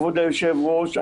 כבוד היושב-ראש,